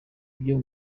byo